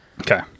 Okay